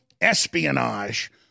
espionage